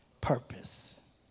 purpose